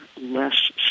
less